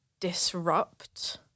disrupt